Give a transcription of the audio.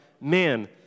man